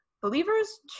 believers